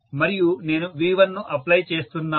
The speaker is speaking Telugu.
మరియు నేను V1ను అప్లై చేస్తున్నాను